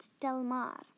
Delmar